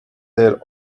their